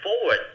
forward